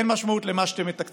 אין משמעות למה שאתם מתקצבים.